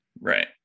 Right